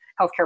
healthcare